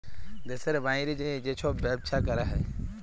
দ্যাশের বাইরে যাঁয়ে যে ছব ব্যবছা ক্যরা হ্যয়